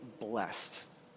blessed